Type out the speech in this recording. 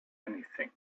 anything